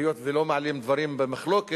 והיות שלא מעלים דברים שבמחלוקת,